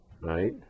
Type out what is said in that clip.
right